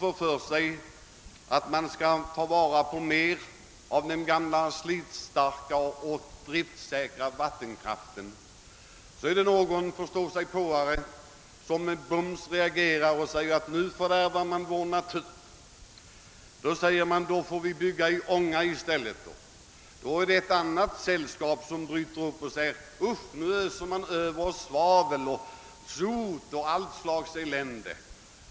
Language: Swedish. Vill man ta vara på mer av den gamla slitstarka och driftsäkra vattenkraften är det strax någon förståsigpåare som reagerar och säger: Nu fördärvar man vår natur. Då säger man: Då får vi bygga i ånga i stället. Då är det ett annat sällskap som säger: Usch, nu öser man Över oss sot och svavel och all slags elände.